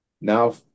now